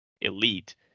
elite